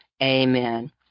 Amen